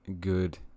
Good